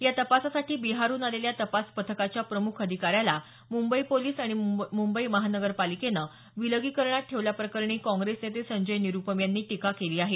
या तपासासाठी बिहारहून आलेल्या तपास पथकाच्या प्रम्ख अधिकाऱ्याला मुंबई पोलीस आणि मुंबई महानगरपालिकेनं विलगीकरणात ठेवल्याप्रकरणी काँप्रेस नेते संजय निरुपम यांनी टीका केली आहे